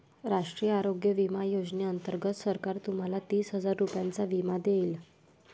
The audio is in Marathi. राष्ट्रीय आरोग्य विमा योजनेअंतर्गत सरकार तुम्हाला तीस हजार रुपयांचा विमा देईल